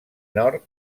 nord